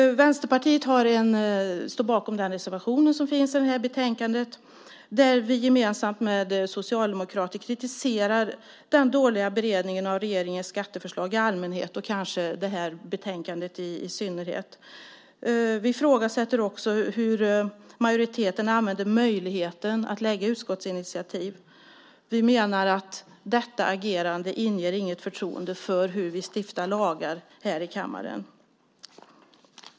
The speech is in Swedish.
Vänsterpartiet står bakom den reservation som finns i betänkandet där vi gemensamt med Socialdemokraterna kritiserar den dåliga beredningen av regeringens skatteförslag i allmänhet och det här betänkandet i synnerhet. Vi ifrågasätter också hur majoriteten använder möjligheten att lägga fram utskottsinitiativ. Vi menar att detta agerande inte inger något förtroende för hur vi stiftar lagar här i kammaren.